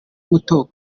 muto